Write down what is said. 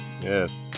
yes